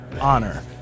honor